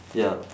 ya